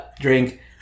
Drink